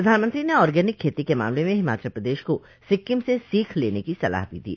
प्रधानमंत्री ने ऑर्गेनिक खेती के मामले में हिमाचल प्रदेश को सिक्किम से सोख लेने की सलाह भी दी